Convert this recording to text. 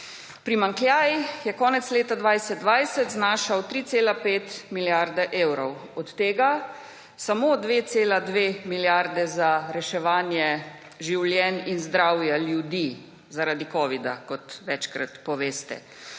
Primanjkljaj je konec leta 2020 znašal 3,5 milijarde evrov. Od tega samo 2,2 milijarde za reševanje življenj in zdravja ljudi zaradi covida, kot večkrat poveste,